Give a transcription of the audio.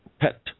pet